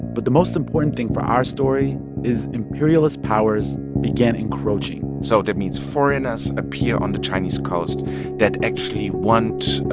but the most important thing for our story is imperialist powers began encroaching so that means foreigners appear on the chinese coast that actually want,